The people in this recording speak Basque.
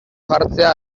jartzea